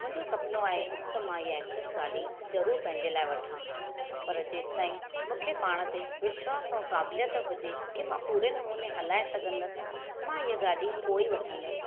मुंहिंजो सुपिणो आहे त मां हीअ एक्सेस गाडी॒ ज़रूर पंहिंजे लाइ वठां पर जेसि ताईं मूंखे पाण ते विश्वासु ऐं काबिलियतु हुजे की मां पूरे नमूने हलाए सघंदसि मां हीअ गाडी॒ पोइ ई वठंदसि